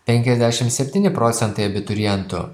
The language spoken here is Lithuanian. penkiasdešim septyni procentai abiturientų